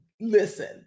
listen